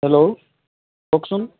hello কওকচোন